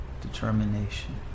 determination